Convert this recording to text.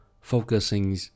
focusing